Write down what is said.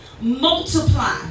multiply